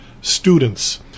students